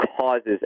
causes